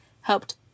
helped